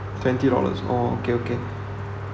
twenty dollars orh okay okay